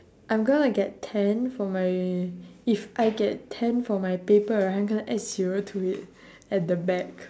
I'm gonna get ten for my if I get ten for my paper right I'm gonna add zero to it at the back